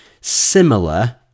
similar